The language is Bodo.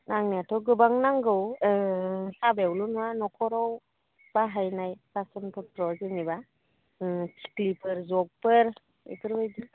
नांनायाथ' गोबां नांगौ हाबायावल' नङा न'खराव बाहायनाय बासन पत्रआ जेनेबा स्टिलफोर जगफोर बेफोरबायदि